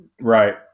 Right